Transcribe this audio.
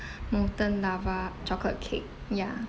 molten lava chocolate cake ya